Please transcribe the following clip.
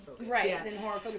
Right